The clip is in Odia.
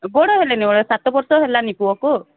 ବଡ଼ ହେଲାଣି ସାତ ବର୍ଷ ହେଲାଣି ପୁଅକୁ